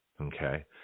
Okay